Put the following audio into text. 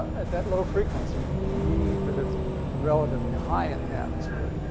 at that low frequency, meaning that it's relatively high in the atmosphere,